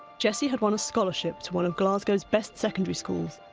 jessie had won a scholarship to one of glasgow's best secondary schools,